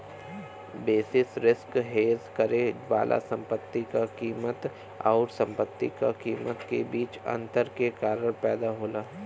basis risk hedge करे वाला संपत्ति क कीमत आउर संपत्ति क कीमत के बीच अंतर के कारण पैदा होला